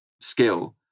skill